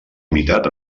imitat